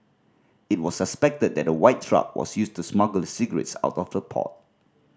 it was suspected that a white truck was used to smuggle the cigarettes out of the port